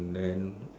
and then